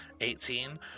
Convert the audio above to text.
Eighteen